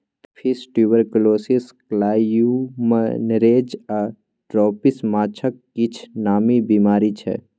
fish tuberculosis, columnaris आ dropsy माछक किछ नामी बेमारी छै